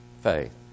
faith